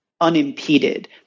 unimpeded